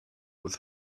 with